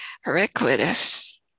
Heraclitus